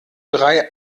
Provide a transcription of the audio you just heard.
drei